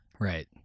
right